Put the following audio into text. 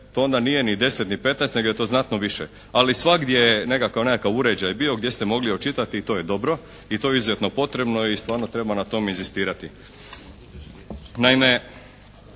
to onda nije ni 10 ni 15 nego je to znatno više. Ali svagdje je nekakav uređaj bio gdje ste mogli očitati i to je dobro, i to je izuzetno potrebno i stvarno treba na tome inzistirati.